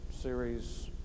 series